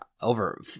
Over